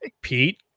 Pete